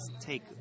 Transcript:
take